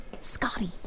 Scotty